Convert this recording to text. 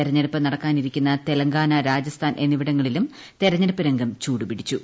തിരഞ്ഞെടുപ്പ് നടക്കാനിരിക്കുന്ന തെലങ്കാന രാജസ്ഥാൻ എന്നിവിടങ്ങളിലും തിരഞ്ഞെടുപ്പ് രംഗം ചൂടുപിടിച്ചു